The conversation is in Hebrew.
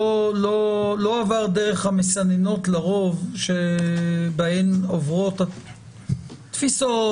לא עבר דרך המסננות שבהן לרוב עוברות תפיסות,